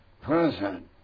present